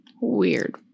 Weird